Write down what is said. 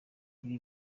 ibi